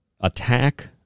Attack